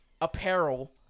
apparel